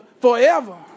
forever